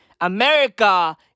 America